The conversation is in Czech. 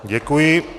Děkuji.